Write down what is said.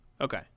Okay